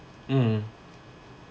mm mm